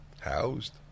housed